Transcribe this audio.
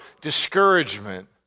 discouragement